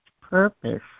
purpose